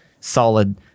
solid